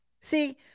see